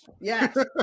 Yes